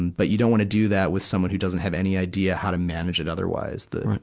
but you don't wanna do that with someone who doesn't have any idea how to manage it otherwise. the,